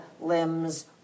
limbs